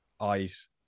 eyes